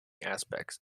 aspects